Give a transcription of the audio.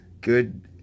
good